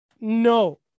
No